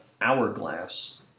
Hourglass